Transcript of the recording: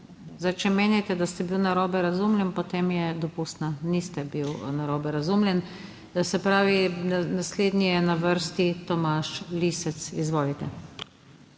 Zdaj, če menite, da ste bil narobe razumljen, potem je dopustna. Niste bil narobe razumljen. Se pravi, naslednji je na vrsti Tomaž Lisec. Izvolite.